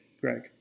Greg